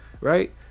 right